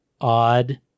odd